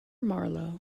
marlowe